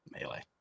Melee